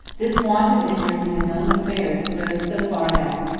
this want of interest in his own affairs goes so far that,